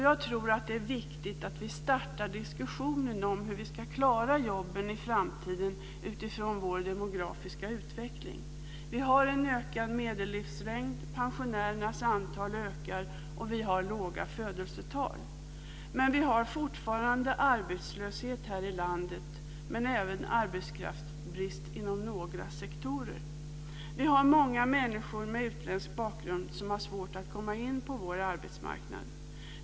Jag tror att det är viktigt att vi startar diskussionen om hur vi ska klara jobben i framtiden utifrån vår demografiska utveckling. Vi har en ökad medellivslängd, pensionärernas antal ökar och vi har låga födelsetal. Vi har fortfarande arbetslöshet här i landet men även arbetskraftsbrist inom några sektorer. Vi har många människor med utländsk bakgrund som har svårt att komma in på vår arbetsmarknad.